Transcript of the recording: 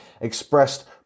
expressed